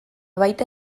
baita